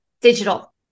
Digital